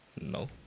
No